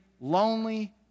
lonely